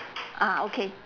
ah okay